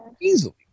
Easily